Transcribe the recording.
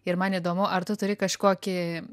ir man įdomu ar tu turi kažkokį